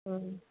हाँ